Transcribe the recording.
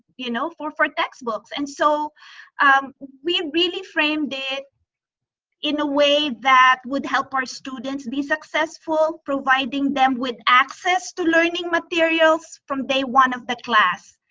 you know for for textbooks. and so we really framed it in a way that would help our students be successful, providing them with access to learning materials from day one of the class.